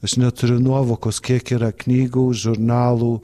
aš neturiu nuovokos kiek yra knygų žurnalų